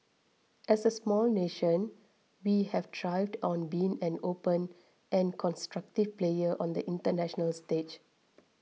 as a small nation we have thrived on being an open and constructive player on the international stage